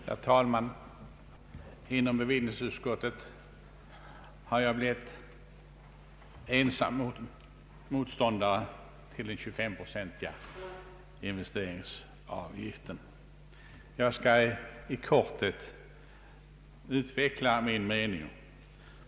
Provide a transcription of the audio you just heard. Herr talman! Inom bevillningsutskottet har jag blivit ensam motståndare till den 25-procentiga investeringsavgiften. Jag skall i korthet utveckla min mening.